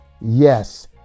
yes